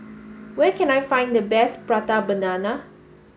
where can I find the best Prata Banana